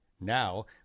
Now